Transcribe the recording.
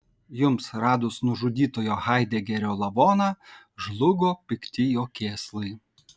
jums radus nužudytojo haidegerio lavoną žlugo pikti jo kėslai